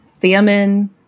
famine